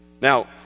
Now